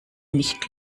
nicht